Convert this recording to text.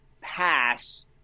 pass